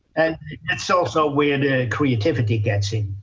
and it's also where the creativity gets in.